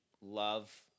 love